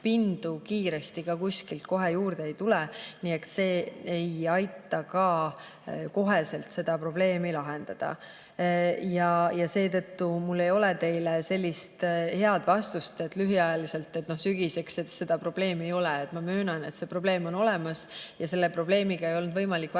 kiiresti kuskilt kohe juurde ei tule, nii et see ei aita ka kohe seda probleemi lahendada. Ja seetõttu mul ei ole teile sellist head vastust, et [kiiresti], noh sügiseks seda probleemi ei ole. Ma möönan, et see probleem on olemas, aga selle probleemiga ei olnud võimalik varem